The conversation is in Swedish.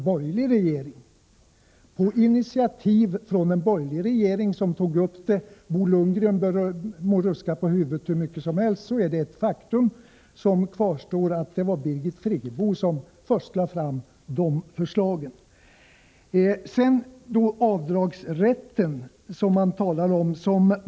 Den infördes på initiativ av en borgerlig regering — Bo Lundgren må ruska på huvudet hur mycket som helst, men faktum kvarstår att det var Birgit Friggebo som först lade fram förslagen. Slutligen några ord om avdragsrätten.